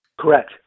Correct